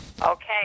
Okay